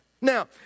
Now